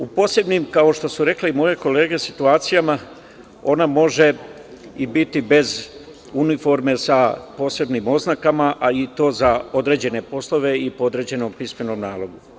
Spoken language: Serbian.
U posebnim, kao što su rekle i moje kolege, situacijama ona može biti i bez uniforme, sa posebnim oznakama, a i to za određene poslove i po određenom pismenom nalogu.